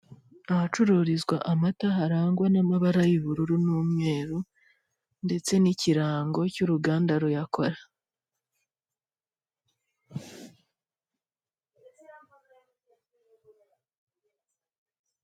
Ahacururizwa amata harangwa n'amabara y'ubururu n'umweru, ndetse n'ikirango cy'uruganda ruyakora.